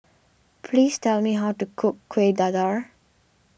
please tell me how to cook Kuih Dadar